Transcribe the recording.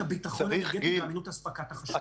הביטחון האנרגטי ואמינות הספקת החשמל --- גיל,